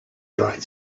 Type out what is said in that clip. dried